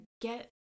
get